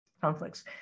conflicts